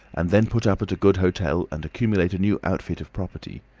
and then put up at a good hotel, and accumulate a new outfit of property.